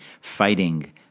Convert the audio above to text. fighting